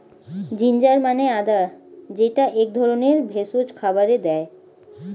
ginger মানে আদা যেইটা এক ধরনের ভেষজ খাবারে দেয়